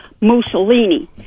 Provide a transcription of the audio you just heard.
Mussolini